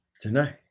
tonight